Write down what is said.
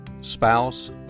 spouse